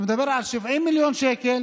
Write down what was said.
אתה מדבר על 70 מיליון שקלים